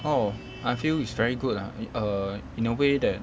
oh I feel is very good lah err in a way that